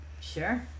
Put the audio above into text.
Sure